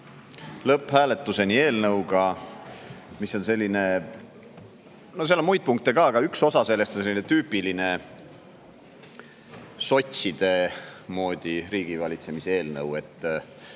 lõpphääletuse juurde eelnõuga, mis on selline … No seal on muid punkte ka, aga üks osa sellest [meenutab] sellist tüüpilist sotside moodi riigivalitsemise eelnõu.